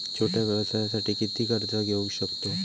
छोट्या व्यवसायासाठी किती कर्ज घेऊ शकतव?